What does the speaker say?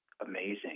amazing